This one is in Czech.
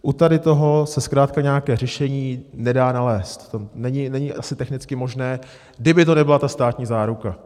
U tady toho se zkrátka nějaké řešení nedá nalézt, to není asi technicky možné, kdyby to nebyla ta státní záruka.